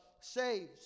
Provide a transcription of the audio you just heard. saves